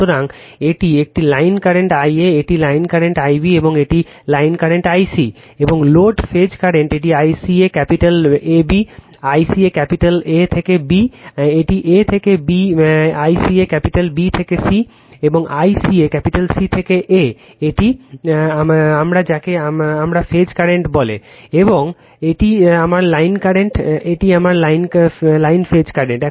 সুতরাং এটি একটি লাইন কারেন্ট Ia এটি লাইন কারেন্ট Ib এবং এটি লাইন কারেন্ট I c এবং লোড ফেজ কারেন্টে এটি ICA capital AB ICA capital A থেকে B এটি A থেকে B ICA ক্যাপিটাল B থেকে C এবং ICA ক্যাপিটাল C থেকে A এটি আমার যাকে আমার ফেজ কারেন্ট বলে এবং এটি আমার লাইন কারেন্ট এটি আমার লাইন ফেজ কারেন্ট